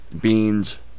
beans